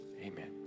amen